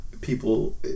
people